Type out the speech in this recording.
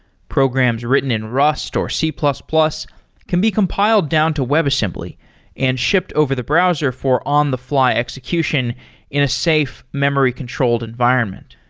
programs written in rust or c plus plus can be compiled down to webassembly and shipped over the browser for on-the-fly execution in a safe memory controlled environment.